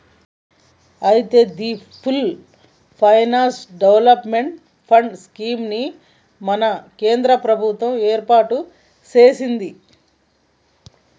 అయితే the full finance development fund scheme ని మన కేంద్ర ప్రభుత్వం ఏర్పాటు సెసింది